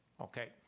Okay